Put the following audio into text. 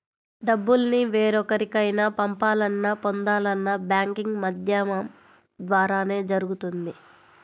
డబ్బుల్ని వేరెవరికైనా పంపాలన్నా, పొందాలన్నా బ్యాంకింగ్ మాధ్యమం ద్వారానే జరుగుతుంది